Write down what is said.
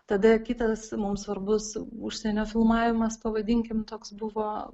tada kitas mums svarbus užsienio filmavimas pavadinkim toks buvo